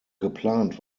geplant